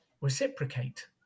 reciprocate